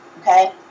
Okay